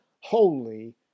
holy